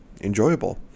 enjoyable